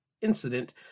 incident